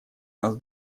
нас